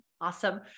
Awesome